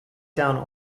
down